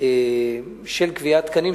של קביעת תקנים,